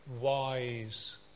wise